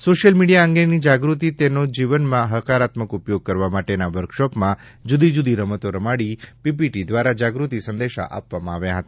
social media અંગેની જાગ્રતિ તેનો જીવનમાં હકારાત્મક ઉપયોગ કરવા માટેના વર્કશોપમાં જુદી જુદી રમતો રમાડી પીપીટી દ્વારા જાગૃતિ સંદેશા આપવામાં આવ્યા હતા